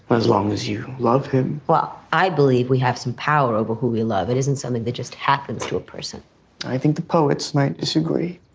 but as long as you love him. well, i believe we have some power over who we love. it isn't something that just happens to a person i think the poets might disagree.